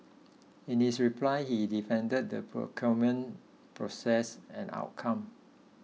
in his reply he defended the procurement process and outcome